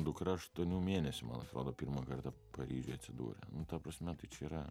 dukra aštuonių mėnesių man atrodo pirmą kartą paryžiuj atsidūrė ta prasme tai čia yra